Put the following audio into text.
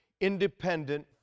independent